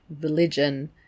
religion